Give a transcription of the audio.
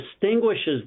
distinguishes